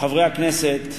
חברי הכנסת,